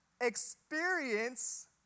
experience